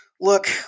look